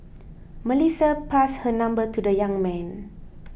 Melissa passed her number to the young man